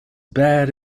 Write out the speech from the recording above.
bad